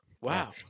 wow